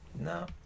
no